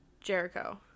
Jericho